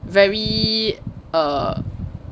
very err